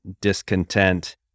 discontent